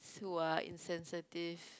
who are insensitive